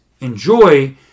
Enjoy